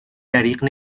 دریغ